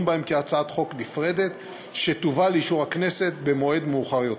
בהם כהצעת חוק נפרדת שתובא לאישור הכנסת במועד מאוחר יותר.